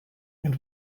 and